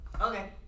Okay